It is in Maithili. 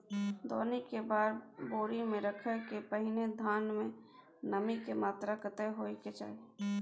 दौनी के बाद बोरी में रखय के पहिने धान में नमी के मात्रा कतेक होय के चाही?